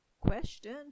Question